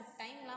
time